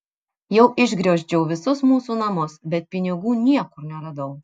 jau išgriozdžiau visus mūsų namus bet pinigų niekur neradau